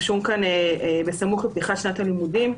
רשום כאן: בסמוך לפתיחת שנת הלימודים,